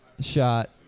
shot